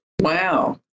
Wow